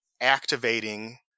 activating